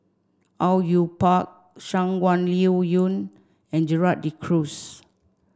Au Yue Pak Shangguan Liuyun and Gerald De Cruz